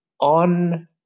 on